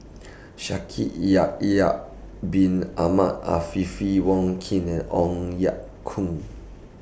Shaikh Bin Ahmed Afifi Wong Keen and Ong Ye Kung